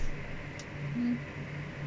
mm